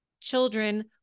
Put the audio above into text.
children